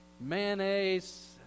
mayonnaise